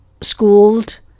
schooled